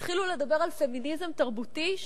התחילו לדבר על פמיניזם תרבותי,